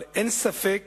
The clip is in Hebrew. אבל אין ספק